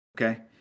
okay